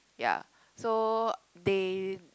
ya so they